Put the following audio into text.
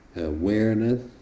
awareness